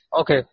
Okay